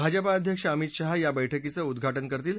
भाजपा अध्यक्ष अमित शाह या बैठकीचं उद्घाटन करतील